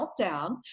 meltdown